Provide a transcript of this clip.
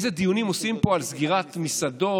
איזה דיונים עושים פה על סגירת מסעדות,